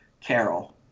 Carol